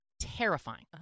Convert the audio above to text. terrifying